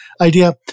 idea